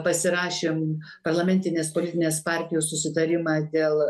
pasirašėm parlamentinės politinės partijos susitarimą dėl